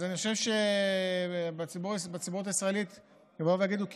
אני חושב שבציבוריות הישראלית יגידו על